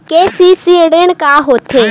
KCC ऋण का होथे?